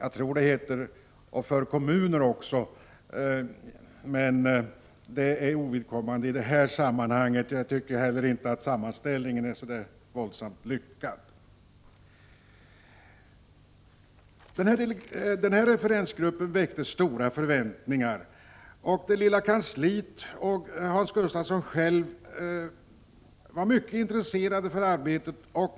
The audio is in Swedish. Jag är inte riktigt säker på att även kommunerna avsågs, men det är en ovidkommande fråga i detta sammanhang. En sådan sammanställning är inte särskilt lyckad. Referensgruppen väckte stora förväntningar. Inom dess lilla kansli var man -— det gällde även Hans Gustafsson själv — mycket intresserad av sitt arbete.